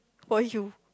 for you